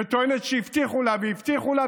וטוענת שהבטיחו לה והבטיחו לה,